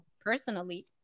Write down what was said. personally